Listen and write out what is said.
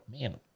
man